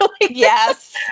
Yes